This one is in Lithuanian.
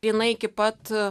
jinai iki pat